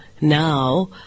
now